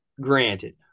granted